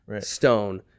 stone